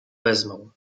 wezmą